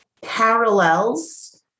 parallels